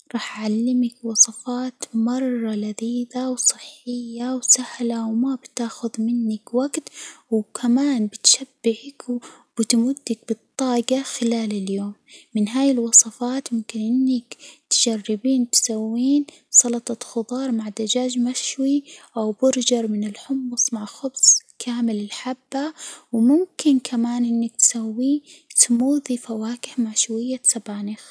راح أعلمك وصفات مرة لذيذة وصحية وسهلة وما بتاخذ منك وجت وكمان بتشبعك وتمدك بالطاجة خلال اليوم، من هاي الوصفات ممكن إنك تجربين تسوين سلطة خضار مع دجاج مشوي أو برجر من الحمص مع خبز كامل الحبة، وممكن كمان إنك تسوي سموزي فواكه مع شوية سبانخ.